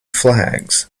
flags